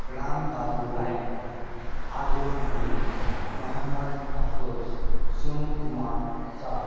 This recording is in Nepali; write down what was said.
रामबाबु राई आर्यन गुरुङ महम्मद अफरोज सोनुकुमार शाह